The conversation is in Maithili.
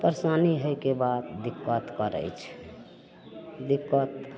परेशानी होइके बात दिक्कत करय छै दिक्कत